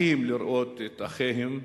אחים לראות את אחיהם.